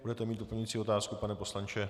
Budete mít doplňující otázku, pane poslanče?